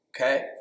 Okay